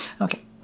Okay